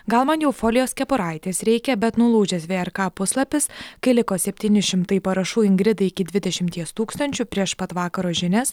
gal man jau folijos kepuraites reikia bet nulūžęs vrk puslapis kai liko septyni šimtai parašų ingrida iki dvidešimties tūkstančių prieš pat vakaro žinias